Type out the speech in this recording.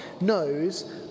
knows